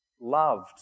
loved